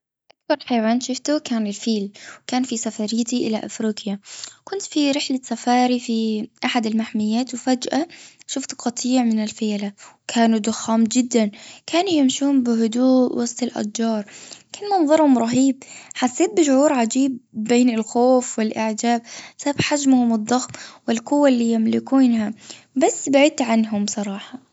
أكبر حيوان شوفته كان في سفريتي إلي أفريقيا. كنت في رحلة سفاري في أحد المحميات وفجأة شفت قطيع من الفيلة. كانوا ضخام جدا. كانوا يمشون بهدوء وسط الأشجار. كل منظرهم رهيب. حسيت بشعور عجيب بين الخوف والأعجاب بسبب حجمهم الضخم والقوة اللي يملكونها. بس بعدت عنهم صراحة.